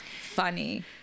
funny